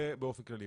זה באופן כללי.